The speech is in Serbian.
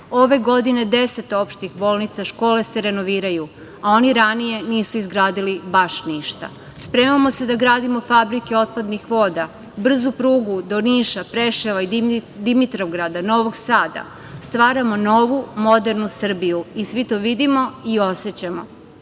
Ove godine 10 opštih bolnica, škole se renoviraju, a oni ranije nisu izgradili baš ništa. Spremamo se da gradimo fabrike otpadnih voda, brzu prugu do Niša, Preševa i Dimitrovgrada, Novog Sada stvaramo novo modernu Srbiju i svi to vidimo i osećamo.